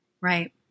Right